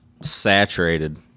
saturated